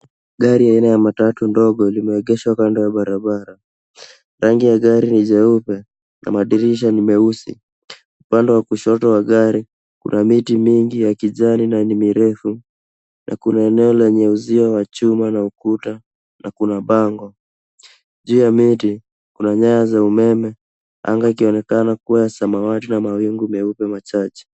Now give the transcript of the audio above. Gari aina ya matatu limeegeshwa kando ya barabara rangi ya gari ni jeupe na madirisha ni meusi, pande wa kushoto, kuna miti mingi ya kijani na ni mirefu kuna eneo lenye usio wa chuma na ukuta na kuna bango. Juu ya miti kuna nyanya za umeme angaa ikionekana kuwa samawati na mawingu meupe machache.